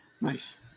Nice